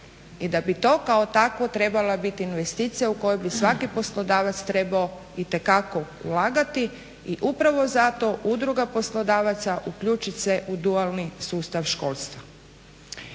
I da bi to kao takvo trebala biti investicija u koju bi svaki poslodavac trebao itekako ulagati i upravo zato Udruga poslodavaca uključiti se u dualni sustav školstva.